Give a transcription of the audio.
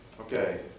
Okay